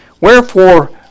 Wherefore